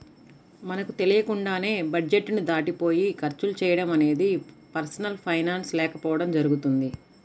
మనకు తెలియకుండానే బడ్జెట్ ని దాటిపోయి ఖర్చులు చేయడం అనేది పర్సనల్ ఫైనాన్స్ లేకపోవడం జరుగుతుంది